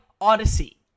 Odyssey